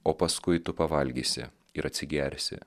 o paskui tu pavalgysi ir atsigersi